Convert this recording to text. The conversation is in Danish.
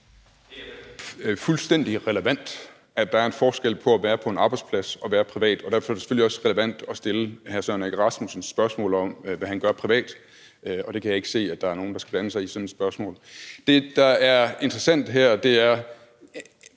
Det er fuldstændig relevant, at der er en forskel på at være på en arbejdsplads og at være privat. Derfor er det selvfølgelig også relevant at stille hr. Søren Egge Rasmussen spørgsmål om, hvad han gør privat. Jeg kan ikke se, at der er nogen, der skal blande sig i sådan et spørgsmål. Det, der er interessant her, er,